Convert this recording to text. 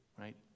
right